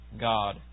God